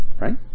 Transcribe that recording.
Right